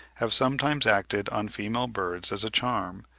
have sometimes acted on female birds as a charm,